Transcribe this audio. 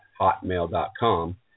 hotmail.com